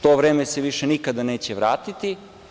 To vreme se više nikada neće vratiti.